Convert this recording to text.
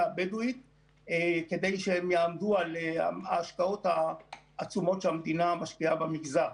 הבדואית כדי שהם יעמדו על השקעות העצומות שהמדינה משקיעה במגזר.